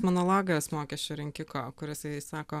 monologas mokesčių rinkiko kur jisai sako